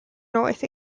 north